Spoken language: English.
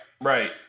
right